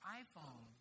iPhone